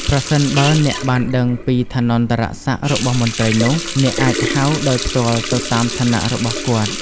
ប្រសិនបើអ្នកបានដឹងពីឋានន្តរសក្ដិរបស់មន្ត្រីនោះ អ្នកអាចហៅដោយផ្ទាល់ទៅតាមឋានៈរបស់គាត់។